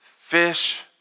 Fish